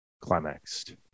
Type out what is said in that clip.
climaxed